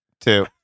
Two